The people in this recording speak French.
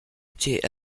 était